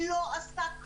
היא לא עשתה כלום,